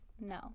No